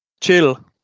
chill